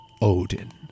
Odin